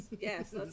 yes